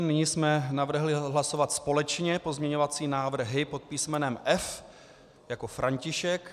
Nyní jsme navrhli hlasovat společně pozměňovací návrhy pod písmenem F jako František.